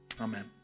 Amen